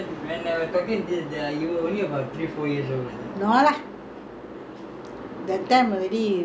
that time already prince charles square we moved there three years already I was only three years old when we moved to prince charles square